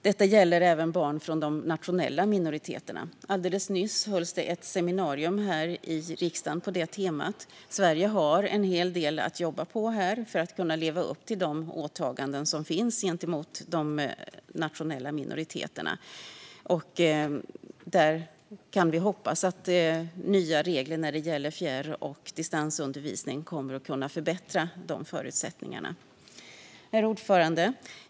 Detta gäller även barn från de nationella minoriteterna. Alldeles nyss hölls det ett seminarium här i riksdagen på detta tema. Sverige har en hel del att jobba på här för att kunna leva upp till de åtaganden som finns gentemot de nationella minoriteterna. Vi kan hoppas att nya regler när det gäller fjärr och distansundervisning kommer att kunna förbättra dessa förutsättningar. Herr talman!